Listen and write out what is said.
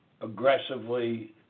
aggressively